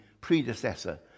predecessor